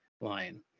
line